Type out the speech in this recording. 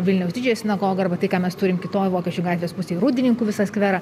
vilniaus didžiąją sinagogą arba tai ką mes turim kitoj vokiečių gatvės pusėj rūdninkų visą skverą